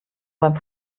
beim